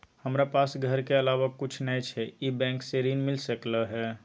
हमरा पास घर के अलावा कुछ नय छै ई बैंक स ऋण मिल सकलउ हैं?